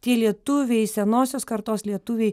tie lietuviai senosios kartos lietuviai